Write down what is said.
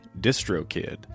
DistroKid